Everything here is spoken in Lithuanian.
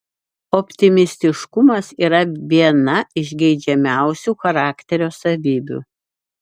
optimistiškumas yra viena iš geidžiamiausių charakterio savybių